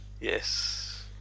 Yes